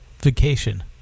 Vacation